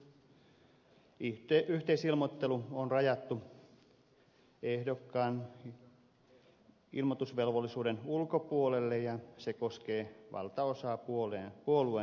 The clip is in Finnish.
yhteisilmoittelu on rajattu ehdokkaan ilmoitusvelvollisuuden ulkopuolelle ja se koskee valtaosaa puolueen ilmoittelusta